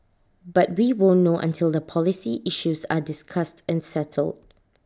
but we won't know until the policy issues are discussed and settled